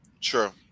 True